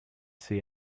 see